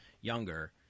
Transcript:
younger